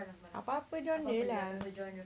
apa-apa genre lah